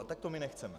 A tak to my nechceme!